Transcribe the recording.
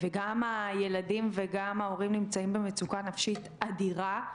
גם הילדים וגם ההורים נמצאים במצוקה נפשית אדירה,